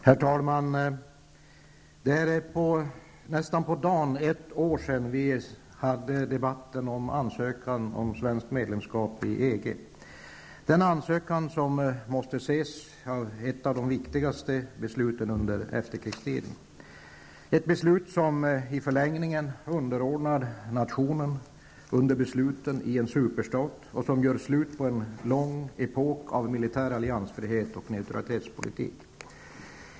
Herr talman! Det är nästan på dagen ett år sedan vi hade debatten om ansökan om svenskt medlemskap i EG. Beslutet om ansökan om svenskt medlemskap i EG måste ses som ett av de viktigaste besluten under efterkrigstiden. I förlängningen av detta beslut underordnas nationen besluten i en superstat, samtidigt som det innebär slutet på en lång epok av militär alliansfrihet och neutralitetspolitik.